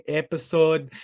episode